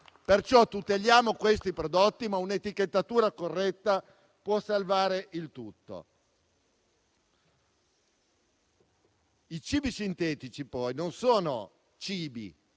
Perciò tuteliamo questi prodotti, ma un'etichettatura corretta può salvare il tutto. I cibi sintetici, poi, non sono cibi,